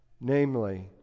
Namely